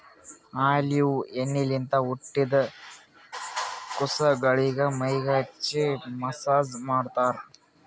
olive ಎಣ್ಣಿಲಿಂತ್ ಹುಟ್ಟಿದ್ ಕುಸಗೊಳಿಗ್ ಮೈಗ್ ಹಚ್ಚಿ ಮಸ್ಸಾಜ್ ಮಾಡ್ತರ್